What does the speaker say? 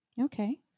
Okay